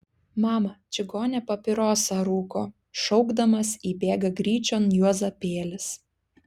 mama čigonė papirosą rūko šaukdamas įbėga gryčion juozapėlis